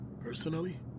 Personally